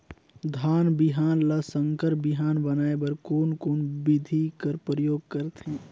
धान बिहान ल संकर बिहान बनाय बर कोन कोन बिधी कर प्रयोग करथे?